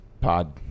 pod